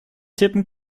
tippen